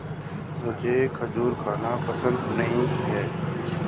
मुझें खजूर खाना पसंद नहीं है